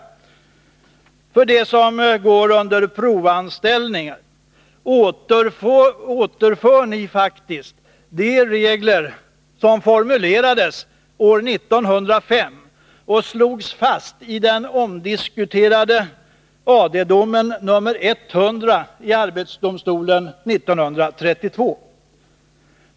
Till det som går under benämningen provanställning återför ni faktiskt de regler som formulerades år 1905 och fastslogs i den omdiskuterade domen nr 100 i Arbetsdomstolen 1932.